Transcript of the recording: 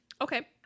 Okay